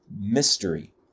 mystery